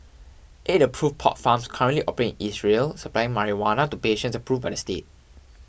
eight approve pot farms currently operate in Israel supplying marijuana to patients approved by the state